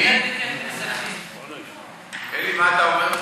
אלי, מה אומר?